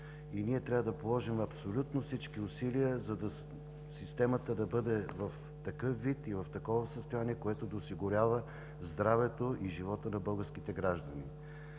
и ние трябва да положим всички усилия системата да бъде в такъв вид и такова състояние, което да осигурява здравето и живота на българските граждани.